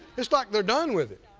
it's like they were done with it,